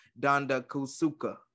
Dandakusuka